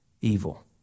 evil